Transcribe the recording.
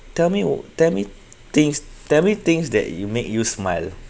tell me tell me things tell me things that you make you smile